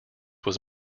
was